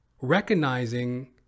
recognizing